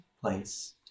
place